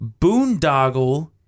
boondoggle